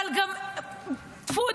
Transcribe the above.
אבל טפו,